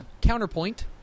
Counterpoint